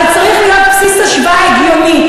אבל צריך להיות בסיס השוואה הגיוני,